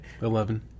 Eleven